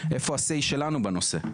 איפה הסיי שלנו בנושא?